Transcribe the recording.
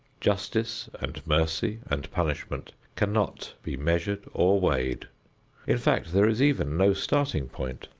justice and mercy and punishment cannot be measured or weighed in fact there is even no starting point.